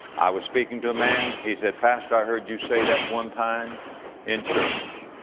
i was speaking to man. he said, pastor, i heard you say that one time in church.